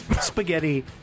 spaghetti